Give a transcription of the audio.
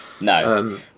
No